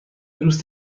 دوست